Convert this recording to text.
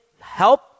help